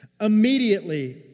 Immediately